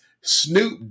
Snoop